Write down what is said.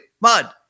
mud